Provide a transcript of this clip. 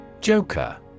Joker